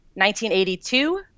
1982